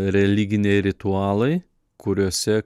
religiniai ritualai kuriuose